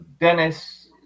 Dennis